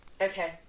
Okay